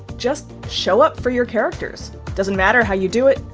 just show up for your characters. doesn't matter how you do it.